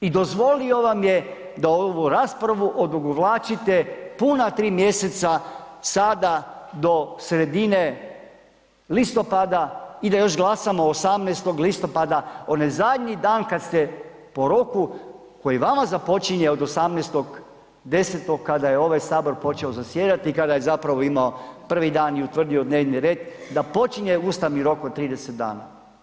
I dozvolio vam je da ovu raspravu odugovlačite puna 3 mjeseca sada do sredine listopada i da još glasamo 18. listopada onaj zadnji dan kada ste po roku, koji vama započinje od 18.10. kada je ovaj Sabor počeo zasjedati, kada je zapravo imao prvi dan i utvrdio dnevni red da počinje ustavni rok od 30 dana.